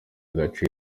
agaciro